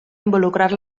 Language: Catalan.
involucrar